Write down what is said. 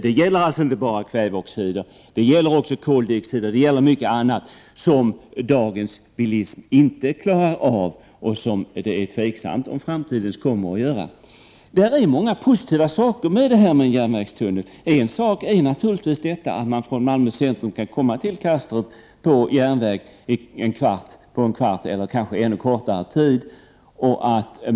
Det gäller alltså inte bara kväveoxider utan också koldioxider och mycket annat som dagens bilism inte klarar av och som det är tveksamt huruvida framtidens bilism kommer att klara av. Det finns många positiva saker förenade med en järnvägstunnel. En positiv sak är att man från Malmö kan komma till Kastrup med järnväg på en kvart eller kanske ännu kortare tid.